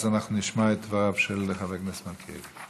אז אנחנו נשמע את דבריו של חבר הכנסת מלכיאלי.